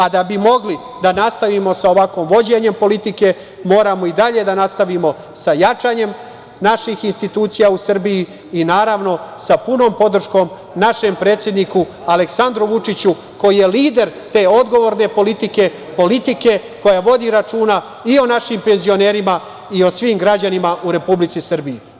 A da bi mi mogli da nastavimo sa ovakvim vođenjem politike, moramo i dalje da nastavimo sa jačanjem naših institucija u Srbiji i naravno i sa punom podrškom našem predsedniku, Aleksandru Vučiću koji je lider te odgovorne politike, politike koja vodi računa i o našim penzionerima i o svim građanima u Republici Srbiji.